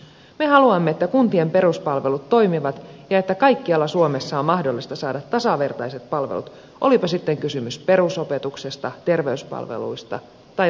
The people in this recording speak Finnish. me haluamme että kuntien peruspalvelut toimivat ja että kaikkialla suomessa on mahdollista saada tasavertaiset palvelut olipa sitten kysymys perusopetuksesta terveyspalveluista tai vanhustenhoidosta